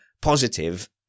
positive